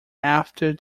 after